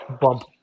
bump